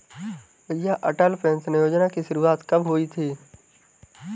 भैया अटल पेंशन योजना की शुरुआत कब हुई थी?